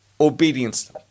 Obedience